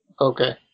Okay